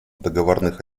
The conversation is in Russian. договорных